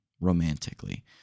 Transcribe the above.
romantically